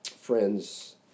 friends